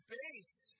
base